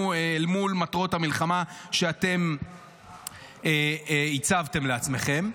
אל מול מטרות המלחמה שאתם הצבתם לעצמכם.